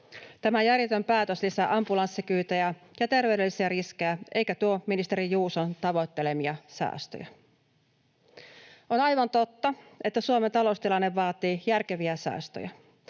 Tämä järjetön päätös lisää ambulanssikyytejä ja terveydellisiä riskejä eikä tuo ministeri Juuson tavoittelemia säästöjä. On aivan totta, että Suomen taloustilanne vaatii järkeviä säästöjä,